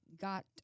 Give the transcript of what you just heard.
got